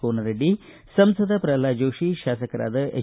ಕೋನರಡ್ಡಿ ಸಂಸದ ಪ್ರಹ್ಲಾದ ಜೋಷಿ ಶಾಸಕರಾದ ಹೆಚ್